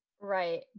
Right